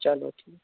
چلو